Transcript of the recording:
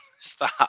Stop